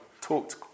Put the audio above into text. talked